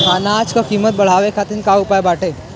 अनाज क कीमत बढ़ावे खातिर का उपाय बाटे?